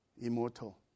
immortal